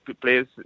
players